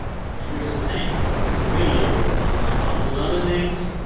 and here's the thing. public radio, unlike all those other things,